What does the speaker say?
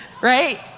Right